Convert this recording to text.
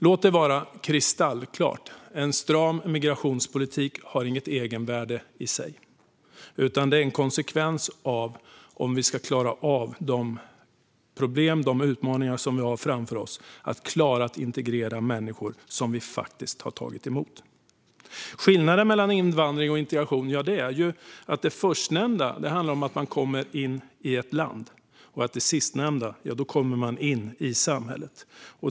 Låt det vara kristallklart - en stram migrationspolitik har inget egenvärde i sig utan är en förutsättning om vi ska klara av de problem och utmaningar vi har framför oss när det gäller att integrera människor som vi faktiskt har tagit emot. Skillnaden mellan invandring och integration är att i det förstnämnda kommer man in i ett land, men i det sistnämnda kommer man in i samhället.